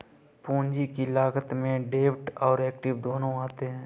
पूंजी की लागत में डेब्ट और एक्विट दोनों आते हैं